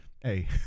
hey